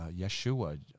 Yeshua